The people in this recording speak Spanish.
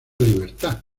libertad